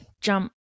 jump